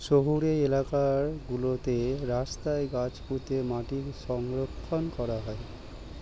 শহুরে এলাকা গুলোতে রাস্তায় গাছ পুঁতে মাটি সংরক্ষণ করা হয়